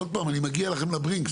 עוד פעם אני מגיע לכם לברינקס,